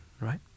right